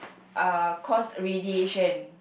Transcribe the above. uh caused radiation